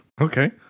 Okay